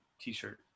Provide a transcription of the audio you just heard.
t-shirt